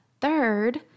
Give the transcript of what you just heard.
third